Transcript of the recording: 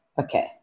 okay